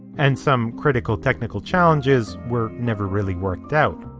and some critical technical challenges were never really worked out.